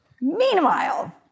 Meanwhile